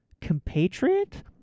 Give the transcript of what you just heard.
compatriot